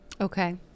Okay